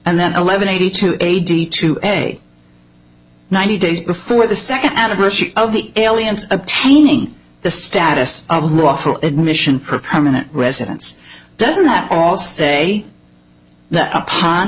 and then eleven eighty two eighty two eg ninety days before the second anniversary of the aliens obtaining the status of lawful admission for permanent residence doesn't that also say that upon